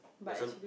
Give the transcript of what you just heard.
but some